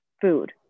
food